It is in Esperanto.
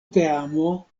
teamo